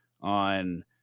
on